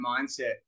mindset